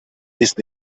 ist